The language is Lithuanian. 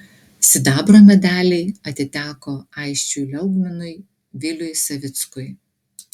sidabro medaliai atiteko aisčiui liaugminui viliui savickui